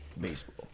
baseball